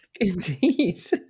indeed